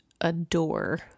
adore